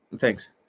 Thanks